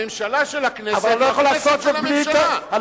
הממשלה של הכנסת או הכנסת של הממשלה.